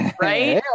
Right